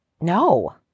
No